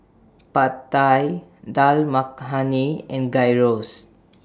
Pad Thai Dal Makhani and Gyros